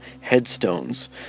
headstones